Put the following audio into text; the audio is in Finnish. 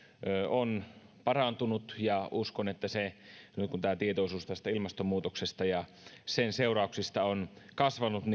on parantunut ja uskon että se nyt kun tietoisuus ilmastonmuutoksesta ja sen seurauksista on kasvanut